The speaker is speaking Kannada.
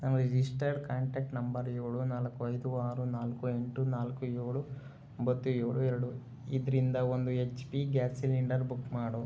ನಮ್ಮ ರಿಜಿಸ್ಟರ್ಡ್ ಕಾಂಟ್ಯಾಕ್ಟ್ ನಂಬರ್ ಏಳು ನಾಲ್ಕು ಐದು ಆರು ನಾಲ್ಕು ಎಂಟು ನಾಲ್ಕು ಏಳು ಒಂಬತ್ತು ಏಳು ಎರಡು ಇದರಿಂದ ಒಂದು H P gas cylinder book ಮಾಡು